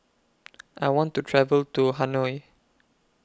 I want to travel to Hanoi